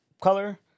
color